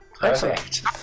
Perfect